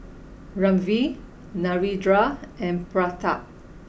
Ramdev Narendra and Pratap